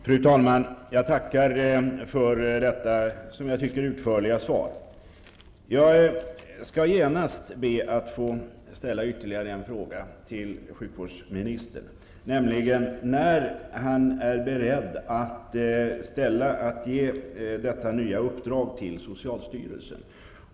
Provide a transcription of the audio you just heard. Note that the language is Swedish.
Fru talman! Jag tackar för detta, som jag tycker, utförliga svar. Jag skall genast be att få ställa ytterligare en fråga till sjukvårdsministern, nämligen när han är beredd att ge detta nya uppdrag till socialstyrelsen.